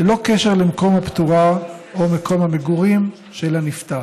ללא קשר למקום הפטירה או מקום המגורים של הנפטר.